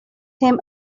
him